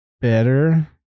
better